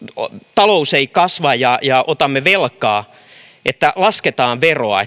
talous ei kasva ja ja otamme velkaa lasketaan veroa